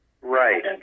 Right